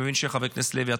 חבר הכנסת לוי,